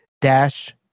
dash